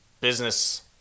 business